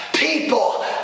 people